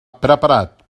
preparat